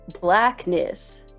blackness